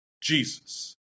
Jesus